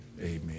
amen